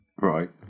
Right